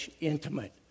intimate